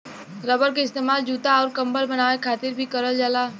rubber क इस्तेमाल जूता आउर कम्बल बनाये खातिर भी करल जाला